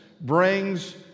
brings